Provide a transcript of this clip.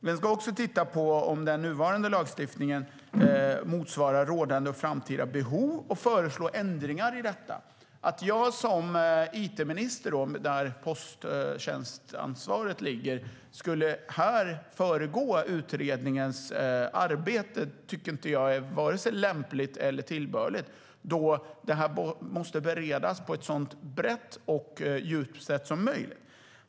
Den ska också titta på om den nuvarande lagstiftningen motsvarar rådande och framtida behov och föreslå ändringar när det gäller detta. Att jag som it-minister, där posttjänstansvaret ligger, här skulle föregå utredningens arbete tycker jag inte är lämpligt eller tillbörligt. Det här måste beredas på ett så brett och djupt sätt som möjligt.